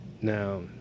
now